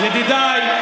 ידידיי,